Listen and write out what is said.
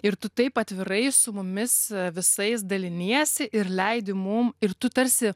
ir tu taip atvirai su mumis visais daliniesi ir leidi mums ir tu tarsi